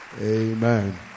amen